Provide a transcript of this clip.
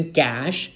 cash